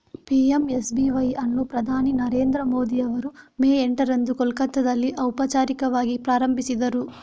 PMSBY ಅನ್ನು ಪ್ರಧಾನಿ ನರೇಂದ್ರ ಮೋದಿ ಅವರು ಮೇ ಎಂಟರಂದು ಕೋಲ್ಕತ್ತಾದಲ್ಲಿ ಔಪಚಾರಿಕವಾಗಿ ಪ್ರಾರಂಭಿಸಿದರು